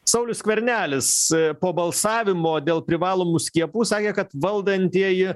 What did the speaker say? saulius skvernelis po balsavimo dėl privalomų skiepų sakė kad valdantieji